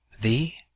Thee